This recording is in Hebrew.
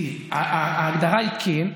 תראי, ההגדרה היא: כן.